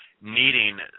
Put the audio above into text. needing